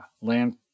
land